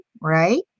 right